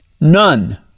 None